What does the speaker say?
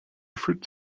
fruits